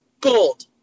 gold